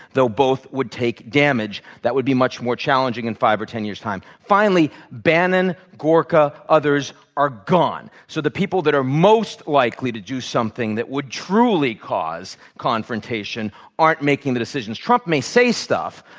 though both would take damage. that would be much more challenging in five or ten years' time. finally, bannon, gorka, others are gone. so the people that are most likely to do something that would truly cause conformation aren't making the decisions. trump may say stuff,